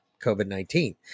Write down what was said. COVID-19